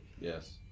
yes